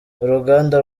uruganda